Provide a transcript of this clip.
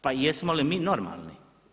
Pa jesmo li mi normalni?